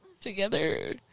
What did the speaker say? together